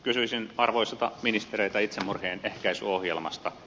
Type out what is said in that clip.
kysyisin arvoisilta ministereiltä itsemurhien ehkäisyohjelmasta